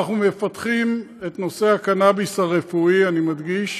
אנחנו מפתחים את נושא הקנביס, הרפואי, אני מדגיש,